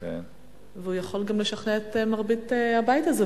הוא יכול גם לשכנע את מרבית הבית הזה,